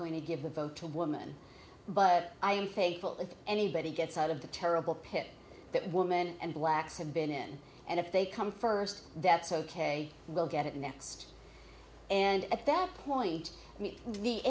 going to give the vote to a woman but i'm faithful if anybody gets out of the terrible pit that woman and blacks have been and if they come first that's ok we'll get it next and at that point the